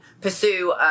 pursue